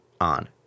on